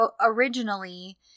originally